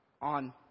On